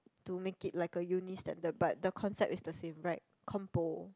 to make it like a uni standard but the concept is the same right compo